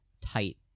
tight